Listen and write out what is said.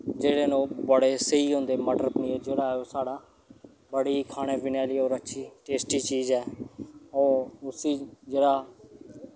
जेह्ड़े न ओह् बड़े स्हेई होन्दे मटर पनीर जेह्ड़ा ऐ ओह् साढ़ा बड़ी खाने पीने आह्ली होर अच्छी टेस्टी चीज़ ऐ ओह् उसी जेहड़ा